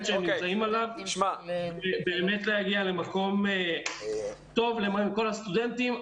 עליו הן נמצאות ולהגיע למקום טוב למען כל הסטודנטים.